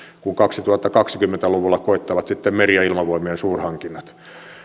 kun kaksituhattakaksikymmentä luvulla koittavat sitten meri ja ilmavoimien suurhankinnat